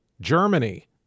Germany